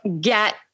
get